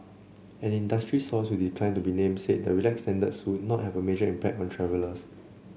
an industry source who declined to be named said the relaxed standards would not have a major impact on travellers